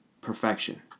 perfection